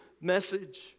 message